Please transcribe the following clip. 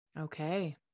Okay